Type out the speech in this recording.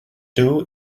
dew